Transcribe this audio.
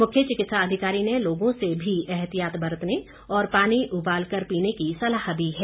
मुख्य चिकित्सा अधिकारी ने लोगों से भी एहतियात बरतने और पानी उबाल कर पीने की सलाह दी है